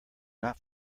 not